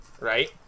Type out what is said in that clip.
right